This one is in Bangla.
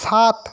সাত